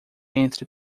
entre